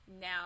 now